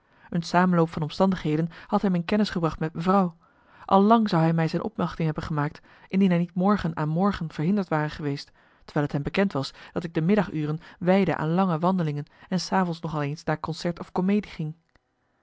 een samenloop van omstandigheden had hem in kennis gebracht met mevrouw al lang zou hij mij zijn opwachting hebben gemaakt indien hij niet morgen aan morgen verhinderd ware geweest terwijl t hem bekend was dat ik de middaguren wijdde aan lange wandelingen en s avonds nog al eens naar concert of comedie ging